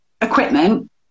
equipment